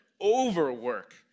overwork